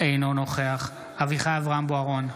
אינו נוכח אביחי אברהם בוארון,